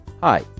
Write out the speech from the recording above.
Hi